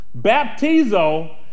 Baptizo